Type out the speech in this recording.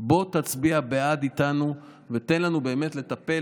בוא תצביע בעד איתנו ותן לנו באמת לטפל